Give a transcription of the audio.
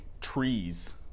trees